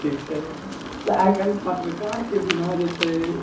ठीक छै तऽ आइकाल्हि पत्रकारके बिना जे छै